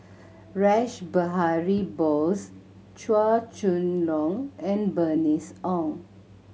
Rash Behari Bose Chua Chong Long and Bernice Ong